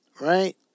Right